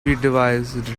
device